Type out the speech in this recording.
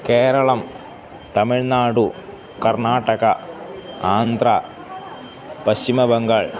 केरलम् तमिल्नाडु कर्णाटका आन्ध्रः पश्चिमबङ्गालः